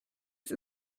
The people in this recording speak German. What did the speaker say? ist